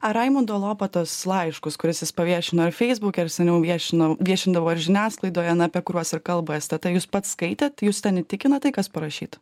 ar raimundo lopatos laiškus kuriuos jis paviešino feisbuke ir seniau viešino viešindavo ir žiniasklaidoje apie kuriuos ir kalba stt jūs pats skaitėt jus ten įtikino tai kas parašyta